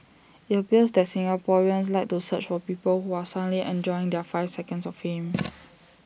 IT appears that Singaporeans like to search for people who are suddenly enjoying their five seconds of fame